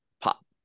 pop